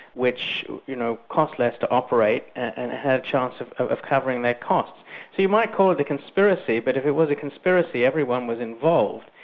which you know costs less to operate, and had a chance of of covering their costs. so you might call it a conspiracy, but if it was a conspiracy, everyone was involved,